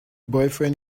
boyfriend